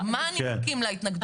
מה הנימוקים להתנגדות?